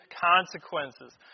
consequences